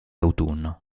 autunno